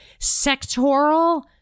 sectoral